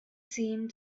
seemed